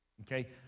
okay